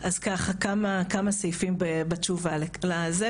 אז כמה סעיפים בתשובה לדברים שלך,